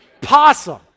possum